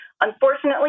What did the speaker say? Unfortunately